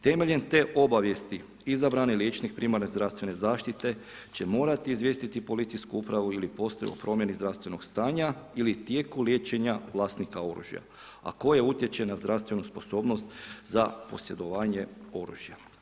Temeljem te obavijesti izabrani liječnik primarne zdravstvene zaštite će morati izvijestiti policijsku upravu ili postaju o promjeni zdravstvenog stanja ili tijeku liječenja vlasnika oružja, a koje utječe na zdravstvenu sposobnost za posjedovanje oružja.